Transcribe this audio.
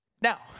Now